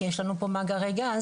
כי יש לנו מאגרי גז,